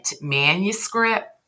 manuscript